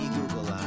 Google